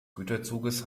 güterzuges